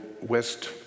West